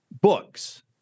books